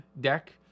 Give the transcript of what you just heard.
deck